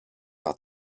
par